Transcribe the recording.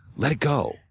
let it go.